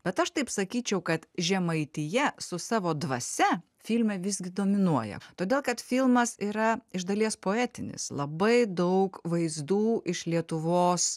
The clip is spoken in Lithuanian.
bet aš taip sakyčiau kad žemaitija su savo dvasia filme visgi dominuoja todėl kad filmas yra iš dalies poetinis labai daug vaizdų iš lietuvos